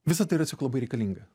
visa tai yra tiesiog labai reikalinga